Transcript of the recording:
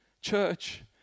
Church